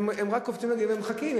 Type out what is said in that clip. הם רק קופצים מעל הגדר ומחכים.